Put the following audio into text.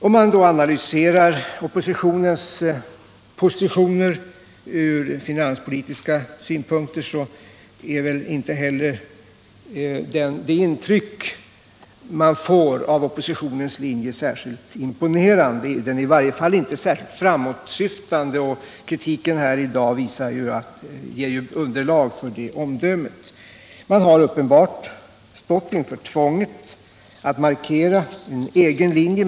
Om man då analyserar oppositionens positioner från finanspolitiska synpunkter blir inte det intryck man får av oppositionens linje särskilt imponerande. Den är i varje fall inte särskilt framåtsyftande, och kritiken här i Finansdebatt Finansdebatt dag ger ju undertag för det omdömet. Man har uppenbart stått inför tvånget att markera en egen linje.